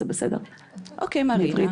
מעברית